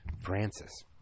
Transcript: Francis